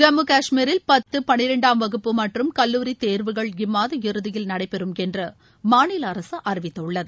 ஜம்மு கஷ்மீரில் பத்து பளிரெண்டாம் வகுப்பு மற்றும் கல்லூரி தேர்வுகள் இம்மாத இறுதியில் நடைபெறும் என்று மாநில அரசு அறிவித்துள்ளது